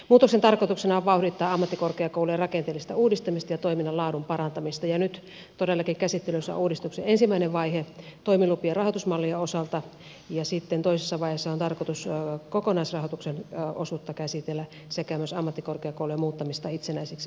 muutoksen tarkoituksena on vauhdittaa ammattikorkeakoulujen rakenteellista uudistamista ja toiminnan laadun parantamista ja nyt todellakin käsittelyssä on uudistuksen ensimmäinen vaihe toimilupien rahoitusmallien osalta ja sitten toisessa vaiheessa on tarkoitus kokonaisrahoituksen osuutta käsitellä sekä myös ammattikorkeakoulujen muuttamista itsenäisiksi oikeushenkilöiksi